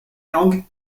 yang